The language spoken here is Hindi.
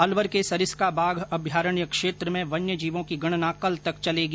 अलवर के सरिस्का बाघ अभयारण्य क्षेत्र में वन्यजीवों की गणना कल तक चलेगी